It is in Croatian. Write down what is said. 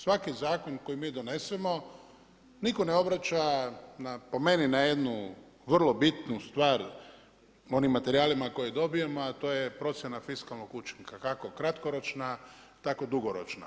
Svaki zakon koji mi donesemo niko ne obraća po meni na jednu vrlo bitnu stvar u onim materijalima koje dobijemo, a to je procjena fiskalnog učinka kako kratkoročna tako dugoročna.